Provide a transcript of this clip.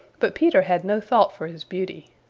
but peter had no thought for his beauty.